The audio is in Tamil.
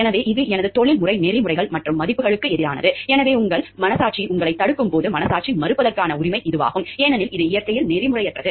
எனவே இது எனது தொழில்முறை நெறிமுறைகள் மற்றும் மதிப்புகளுக்கு எதிரானது எனவே உங்கள் மனசாட்சி உங்களைத் தடுக்கும் போது மனசாட்சி மறுப்பதற்கான உரிமை இதுவாகும் ஏனெனில் இது இயற்கையில் நெறிமுறையற்றது